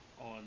on